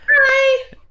Hi